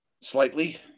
Slightly